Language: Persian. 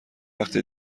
وقت